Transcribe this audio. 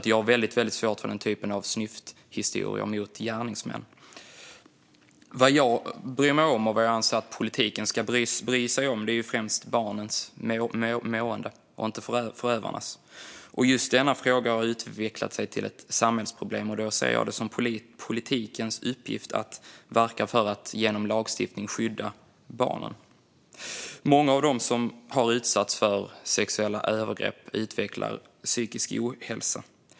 Jag har väldigt svårt för den typen av snyfthistorier från gärningsmän. Vad jag bryr mig om, och vad jag anser att politiken ska bry sig om, är främst barnens mående - inte förövarnas. Just denna fråga har utvecklat sig till ett samhällsproblem, och då ser jag det som politikens uppgift att verka för att genom lagstiftning skydda barnen. Många barn som har utsatts för sexuella övergrepp utvecklar psykisk ohälsa.